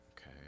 okay